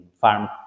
farm